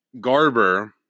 Garber